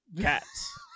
cats